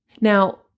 Now